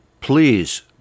please